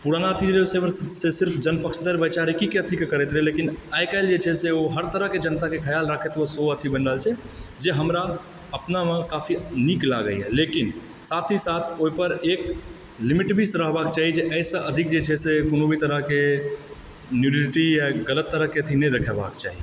पुराना अथी जे रहै से सिर्फ जन पक्षधर वैचारिकके अथी करैत रहै लेकिन आइकाल्हि जे छै से ओ हर तरहकेँ जनताकेँ खयाल राखैत ओ शो अथी बनि रहल छै जे हमरा अपनामे काफी नीक लगैए लेकिन साथ ही साथ ओहिपर एक लिमिट भी रहबाके चाही जे एहिसँ अधिक जे छै से कोनो भी तरहकेँ न्यूडिटी या गलत तरहकेँ अथी नहि देखबाक चाही